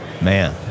man